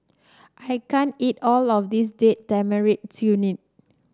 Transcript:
I can't eat all of this Date Tamarind Chutney